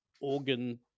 organ